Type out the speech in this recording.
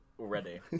already